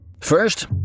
First